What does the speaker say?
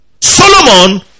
solomon